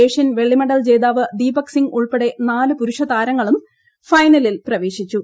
Asian വെള്ളിമെഡൽ ജേതാവ് ദീപക്സിംഗ് ഉൾപ്പെടെ നാല് പുരുഷതാരങ്ങളും ഫൈനലിൽ പ്രവേശിച്ചു